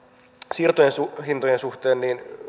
siirtohintojen suhteen